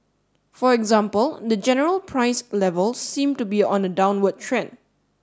for example the general price level seem to be on a downward trend